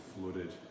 flooded